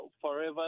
forever